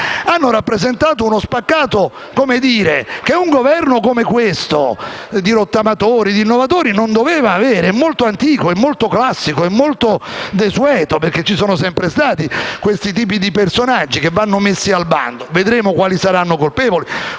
ha rappresentato uno spaccato che un Governo come questo, di rottamatori e innovatori, non doveva avere, perché è qualcosa di molto antico, di molto classico, di molto desueto, essendoci sempre stati questi tipi di personaggi che vanno messi al bando. Vedremo quali saranno colpevoli